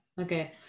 Okay